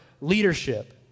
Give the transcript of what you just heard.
leadership